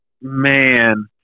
man